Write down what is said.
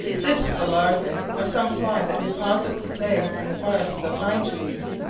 this is the larvae of some fly that deposits its eggs in the bark of the pine-trees.